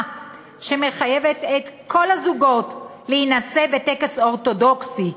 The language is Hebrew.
שמחייבת את כל הזוגות להינשא בטקס אורתודוקסי,